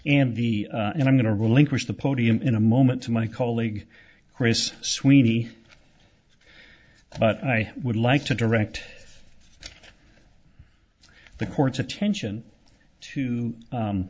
and the and i'm going to relinquish the podium in a moment to my colleague chris sweeney but i would like to direct the court's attention to